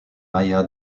maya